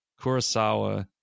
Kurosawa